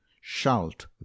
shalt